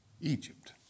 Egypt